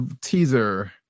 Teaser